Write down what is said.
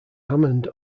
hammond